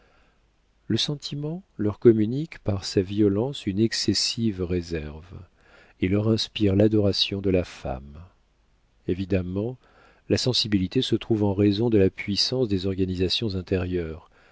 le sentiment leur communique par sa violence une excessive réserve et leur inspire l'adoration de la femme évidemment la sensibilité se trouve en raison de la puissance des organisations intérieures